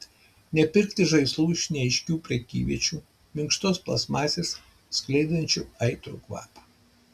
nepirkti žaislų iš neaiškių prekyviečių minkštos plastmasės skleidžiančių aitrų kvapą